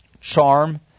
Charm